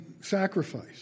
sacrifice